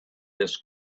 his